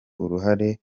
uruhare